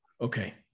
Okay